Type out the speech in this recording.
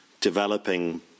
developing